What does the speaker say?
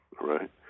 right